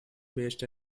based